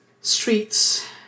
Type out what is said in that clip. streets